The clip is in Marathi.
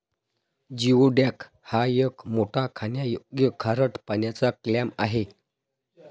जिओडॅक हा एक मोठा खाण्यायोग्य खारट पाण्याचा क्लॅम आहे